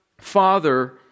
Father